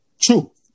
True